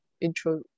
intro